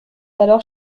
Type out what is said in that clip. alors